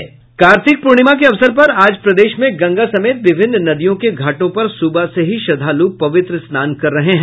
से कार्य कर रहा ह कार्तिक पूर्णिमा के अवसर पर आज प्रदेश में गंगा समेत विभिन्न नदियों के घाटों पर सुबह से ही श्रद्वालु पवित्र स्नान कर रहे हैं